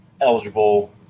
eligible